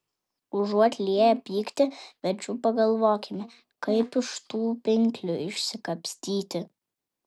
užuot lieję pyktį verčiau pagalvokime kaip iš tų pinklių išsikapstyti